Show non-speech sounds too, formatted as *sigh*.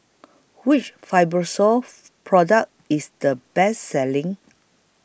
Which Fibrosol *unintelligible* Product IS The Best Selling